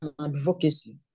advocacy